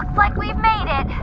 like we've made it